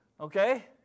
Okay